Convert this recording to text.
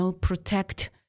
protect